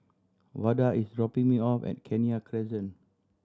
Vada is dropping me off at Kenya Crescent